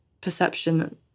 perception